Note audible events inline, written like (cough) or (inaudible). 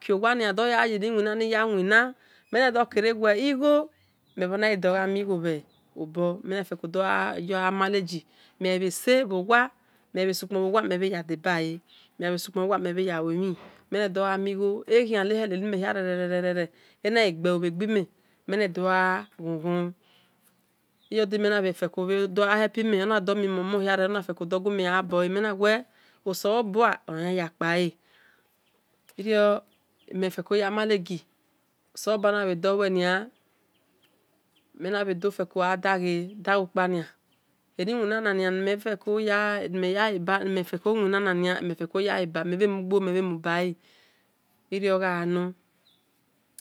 Kiowa na dao yeniwin aduo gha wina mhe ho doko me igho (hesitation) mhenaghi do mighi bhobom menaghi fe feo do ghamenge megha bhe sekpon bho we mhe ye debale megha se, whebhe laluelayin eghian hie reren enaigbelo bhegbe me mhe wan do ghe shan-gue iyodime nad bhedogha help me onan domime omhan hiea nedorel oha doguime ghabole meweife oselobue ole yan yan kpable, irto mhe feko yemanagi osalobuana bhe dho lueni mhidho feho gha dagi ukpe ni, eni wina nanian olefeleo ya leba mhe bhe imgbo, mhe bhe mabale,